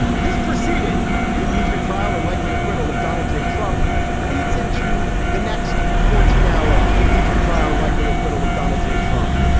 this preceding the impeachment trial and likely acquittal of donald j. trump bleeds into the next fourteen hour impeachment trial and likely acquittal of donald j. trump.